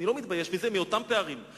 אני לא מתבייש בזה, מאותם פערים.